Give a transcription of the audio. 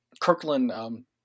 Kirkland –